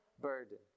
burden